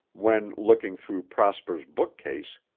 when, looking through prosper's bookcase,